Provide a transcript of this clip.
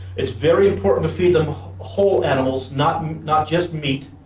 it's very important to feed them whole animals not and not just meat